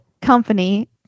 company